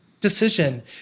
decision